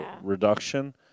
reduction